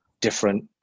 different